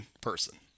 person